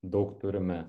daug turime